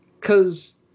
cause